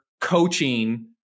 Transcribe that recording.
coaching